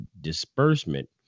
disbursement